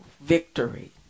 victory